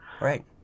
Right